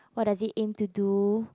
what does it aim to do